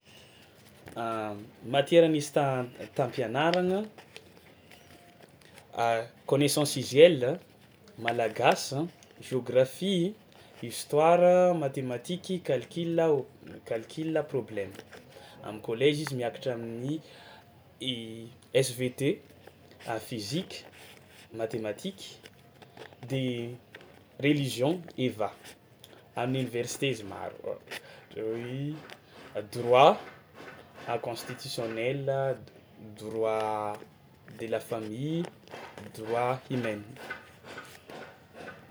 Matiera nisy ta- tam-pianaragna: connaissance usuelle, malagasy, géographie, histoire, matematiky, calcul o- calcul, problème; am'collège izy miakatra amin'ny i SVT, a fizika, matematiky, de religion EVA; amin'ny université izy maro a- ohatra hoe i: droit a constitutionnel, droit de la famille, droit humaine.